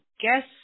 guess